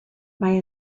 mae